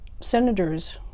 senators